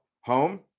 home